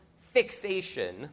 fixation